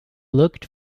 looked